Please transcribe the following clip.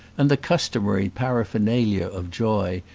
and the customary paraphernalia of joy,